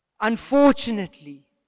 Unfortunately